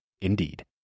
Indeed